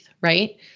right